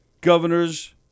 Governor's